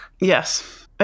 Yes